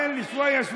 תן לי, שוואיה-שוואיה.